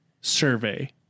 survey